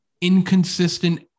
inconsistent